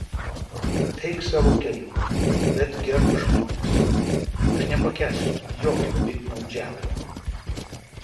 eik savo keliu bet gerbk žmones aš nepakęsiu jokio piktnaudžiavimo